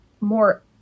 more